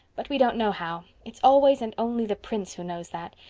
but we don't know how. it's always and only the prince who knows that.